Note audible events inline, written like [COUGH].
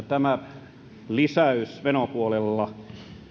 [UNINTELLIGIBLE] tämä lisäys menopuolella